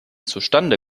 zustande